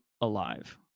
alive